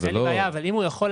בסופו של דבר.